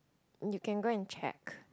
you can go and check